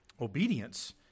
obedience